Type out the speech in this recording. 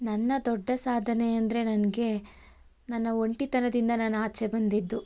ನನ್ನ ದೊಡ್ಡ ಸಾಧನೆ ಅಂದರೆ ನನಗೆ ನನ್ನ ಒಂಟಿತನದಿಂದ ನಾನು ಆಚೆ ಬಂದ್ದಿದ್ದು